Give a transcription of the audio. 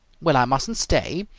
well, i mustn't stay.